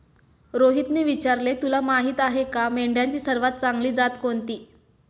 रोहितने विचारले, तुला माहीत आहे का मेंढ्यांची सर्वात चांगली जात कोणती?